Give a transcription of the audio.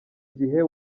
gihe